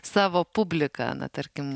savo publiką na tarkim